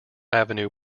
avenue